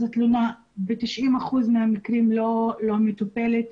התלונה ב-90 אחוזים מהמקרים לא מטופלת.